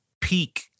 peak